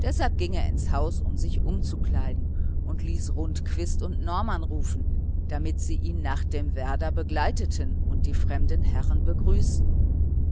deshalb ging er ins haus um sich umzukleiden und ließ rundquist und norman rufen damit sie ihn nach dem werder begleiteten und die fremden herren begrüßten